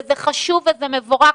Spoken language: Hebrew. וזה חשוב וזה מבורך,